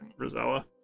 Rosella